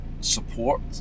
support